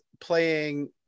playing